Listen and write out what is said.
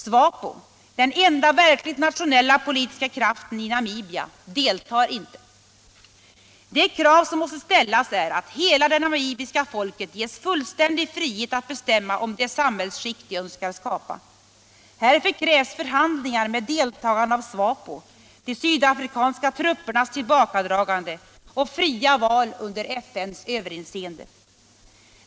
SWAPO, den enda verkligt nationella politiska kraften i Namibia, deltar inte. Det krav som måste ställas är att hela det namibiska folket ges fullständig frihet att bestämma om det samhällsskick det önskar skapa. Härför krävs förhandlingar med deltagande av SWAPO, de sydafrikanska truppernas tillbakadragande och fria val under FN:s överinseende.